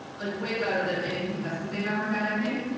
like way better than any contestant they've ever had i think.